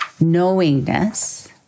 knowingness